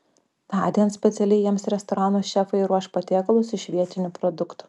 tądien specialiai jiems restoranų šefai ruoš patiekalus iš vietinių produktų